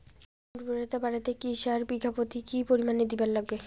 জমির উর্বরতা বাড়াইতে কি সার বিঘা প্রতি কি পরিমাণে দিবার লাগবে?